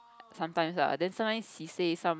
sometimes lah but then sometimes he says some